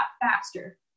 faster